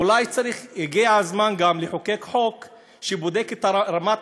אולי הגיע הזמן גם לחוקק חוק שבודק את רמת